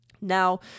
Now